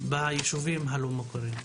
ביישובים הלא מוכרים?